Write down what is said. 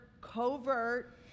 covert